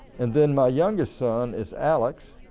and then my youngest son is alex.